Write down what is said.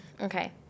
Okay